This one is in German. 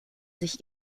sich